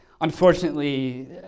unfortunately